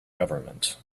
government